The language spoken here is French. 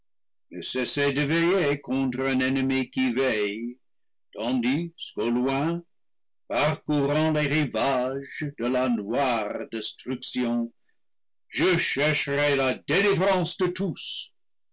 contre un ennemi qui veille tandis qu'au loin parcourant les rivages de la noire destruction je chercherai la délivrance de tous